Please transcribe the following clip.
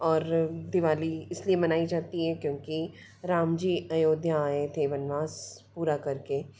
और दिवाली इस लिए मनाई जाती है क्योंकि राम जी अयोध्या आए थे वनवास पूरा कर के